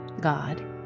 God